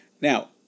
Now